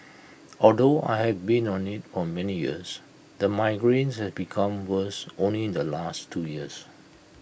although I have been on IT on many years the migraines have become worse only in the last two years